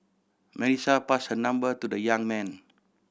Melissa passed her number to the young man